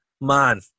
man